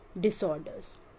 disorders